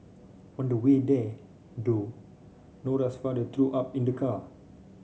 on the way there though Nora's father threw up in the car